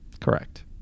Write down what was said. Correct